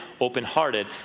open-hearted